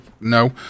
no